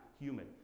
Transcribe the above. human